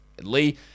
Lee